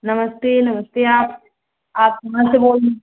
नमस्ते नमस्ते आप आप कहाँ से बोल रही